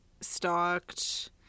stalked